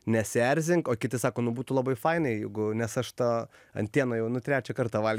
nesierzink o kiti sako nu būtų labai fainai jeigu nes aš tą antieną jau nu trečią kartą val